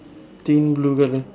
think blue colour